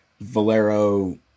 valero